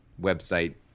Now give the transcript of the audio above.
website